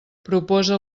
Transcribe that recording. proposa